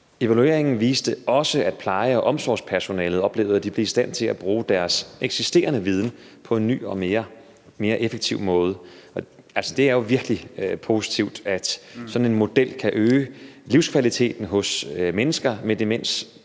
Evalueringen viste også, at pleje- og omsorgspersonalet oplevede, at de blev i stand til at bruge deres eksisterende viden på en ny og mere effektiv måde. Det er jo virkelig positivt, at sådan en model kan øge livskvaliteten hos mennesker med demens,